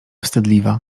wstydliwa